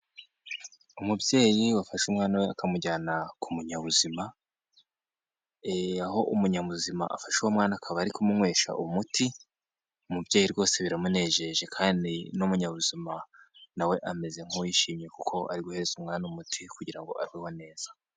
Umubyeyi wafashe umwana we akamujyana ku munyabuzima, aho umunyamuzima afasha uwo mwana akaba ari kumuywesha umuti, umubyeyi rwose biramunejeje kandi n'umunyabuzima, na we ameze nk'uwishimye kuko ari guhereza umwana umuti kugira ngo abeho neza.